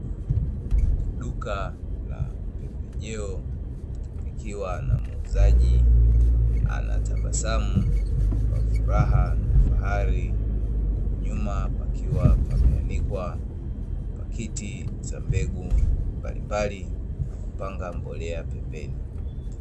Duka la pembejeo likiwa na muuzaji anatabasamu kwa furaha na fahari, huku nyuma pakiwa pameanikwa pakiti za mbegu mbalimbali na kupanga mbolea pembeni.